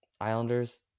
Islanders